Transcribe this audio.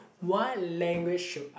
what language should I